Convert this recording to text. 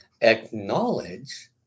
Acknowledge